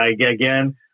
again